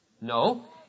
No